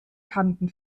kanten